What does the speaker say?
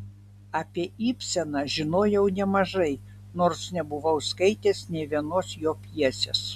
apie ibseną žinojau nemažai nors nebuvau skaitęs nė vienos jo pjesės